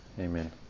Amen